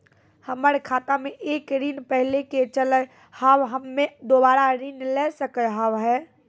हमर खाता मे एक ऋण पहले के चले हाव हम्मे दोबारा ऋण ले सके हाव हे?